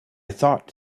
thought